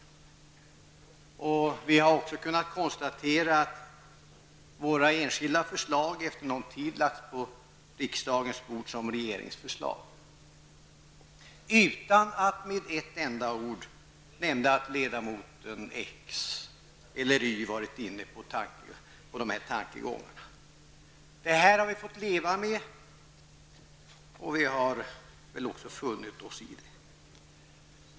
Vi har också kunnat konstatera att våra förslag efter någon tid har lagts på riksdagens bord som regeringens förslag -- utan att det med ett enda ord nämns att ledamoten X eller Y har varit inne på samma tankegångar. Det här har vi fått leva med, och vi har väl också funnit oss i det.